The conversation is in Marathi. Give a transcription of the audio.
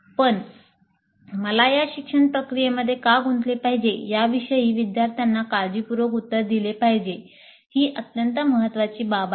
पण "मला या शिक्षण प्रक्रियेमध्ये का गुंतले पाहिजे" या विषयी विद्यार्थ्यांना काळजीपूर्वक उत्तर दिले पाहिजे ही अत्यंत महत्त्वाची बाब आहे